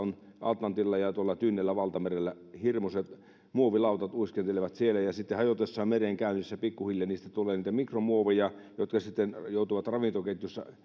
atlantilla ja tyynellä valtamerellä hirmuiset muovilautat uiskentelevat ja sitten hajotessaan merenkäynnissä pikkuhiljaa niistä tulee niitä mikromuoveja jotka sitten joutuvat ravintoketjussa